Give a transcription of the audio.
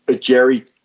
Jerry